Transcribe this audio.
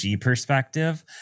perspective